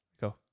go